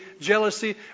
jealousy